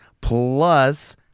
plus